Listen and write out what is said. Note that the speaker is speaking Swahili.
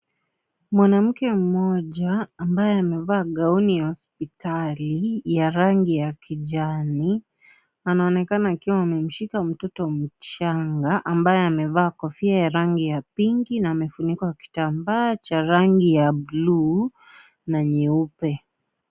Mwanamke mmoja, ambaye amevaa gauni ya hospitali ya rangi ya kijani na anaonekana akiwa amemshika mtoto mchanga, ambaye amevaa kofia ya rangi pinki, na amefunikwa na kitambaa ya rangi ya buluu na nyeupe.